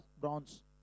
bronze